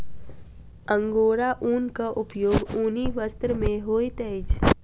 angora ऊनक उपयोग ऊनी वस्त्र में होइत अछि